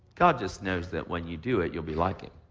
god just knows that when you do it, you'll be like him.